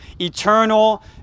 eternal